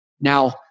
Now